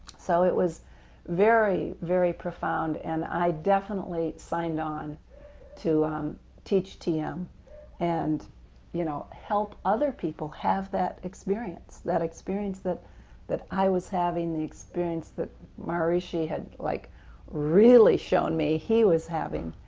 so it was very, very profound and i definitely signed on to teach tm and you know help other people have that experience that experience that that i was having, the experience that maharishi had like really shown me he was having.